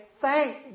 thank